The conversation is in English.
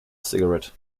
cigarette